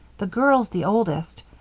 the girl's the oldest.